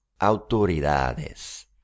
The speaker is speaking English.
autoridades